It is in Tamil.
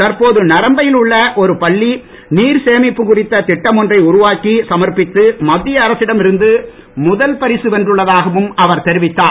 தற்போது நரம்பை யில் உள்ள ஒரு பள்ளி நீர் சேமிப்பு குறித்த திட்டம் ஒன்றை உருவாக்கி சமர்ப்பித்து மத்திய அரசிடம் இருந்து முதல் பரிசு வென்றுள்ளதாகவும் அவர் தெரிவித்தார்